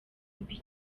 mbi